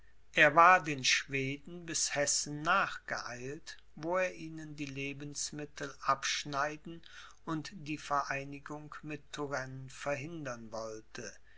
er war den schweden bis hessen nachgeeilt wo er ihnen die lebensmittel abschneiden und die vereinigung mit turenne verhindern wollte